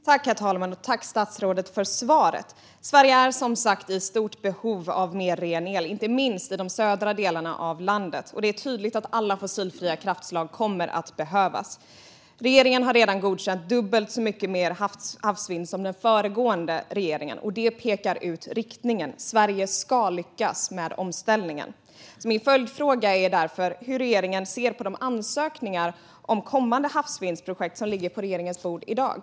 Herr talman! Tack, statsrådet, för svaret! Sverige är som sagt i stort behov av mer ren el, inte minst i de södra delarna av landet, och det är tydligt att alla fossilfria kraftslag kommer att behövas. Regeringen har redan godkänt dubbelt så mycket havsvindkraft som den föregående regeringen, och det pekar ut riktningen. Sverige ska lyckas med omställningen. Min följdfråga är hur regeringen ser på de ansökningar om kommande havsvindprojekt som ligger på regeringens bord i dag.